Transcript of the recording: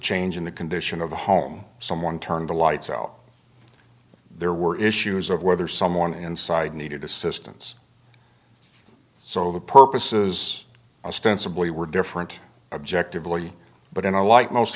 change in the condition of the home someone turned the lights out there were issues of whether someone inside needed assistance so the purposes of stand simply were different objectives but in a light most